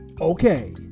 Okay